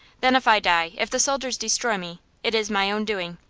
then, if i die, if the soldiers destroy me, it is my own doing.